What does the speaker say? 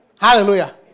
Hallelujah